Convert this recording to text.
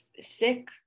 sick